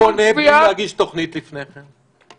מי החכם שבונה בלי להגיש תוכנית לפני כן?